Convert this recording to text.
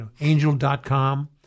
Angel.com